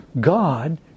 God